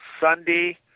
Sunday